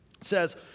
says